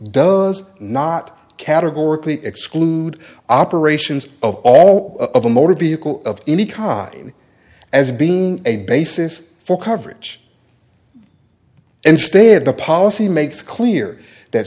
does not categorically exclude operations of all of a motor vehicle of any causing as being a basis for coverage instead the policy makes clear that